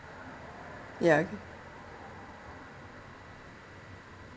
ya okay